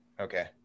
Okay